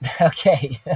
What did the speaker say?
Okay